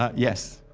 ah yes,